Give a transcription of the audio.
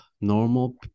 normal